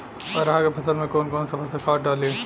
अरहा के फसल में कौन कौनसा खाद डाली?